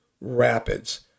rapids